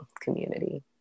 community